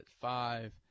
five